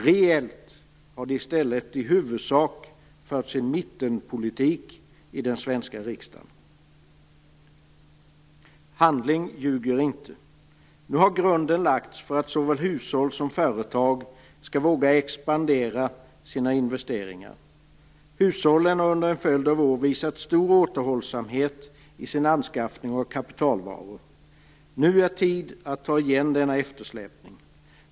Reellt har det i stället i huvudsak förts en mittenpolitik i den svenska riksdagen. Handling ljuger inte! Nu har grunden lagts för att såväl hushåll som företag skall våga expandera sina investeringar. Hushållen har under en följd av år visat stor återhållsamhet i sin anskaffning av kapitalvaror. Nu är det tid att ta igen denna eftersläpning.